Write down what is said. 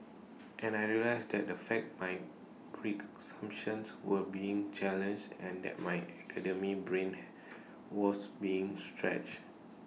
and I realise that the fact my were being challenged and that my academic brain was being stretched